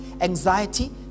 Anxiety